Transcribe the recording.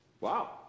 Wow